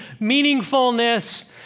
meaningfulness